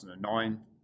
2009